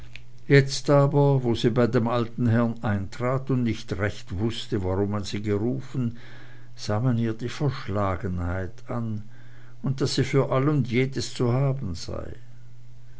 jetzt aber wo sie bei dem alten herrn eintrat und nicht recht wußte warum man sie gerufen sah man ihr die verschlagenheit an und daß sie für all und jedes zu haben sei